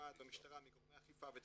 משמעת במשטרה מגורמי אכיפה ותביעה,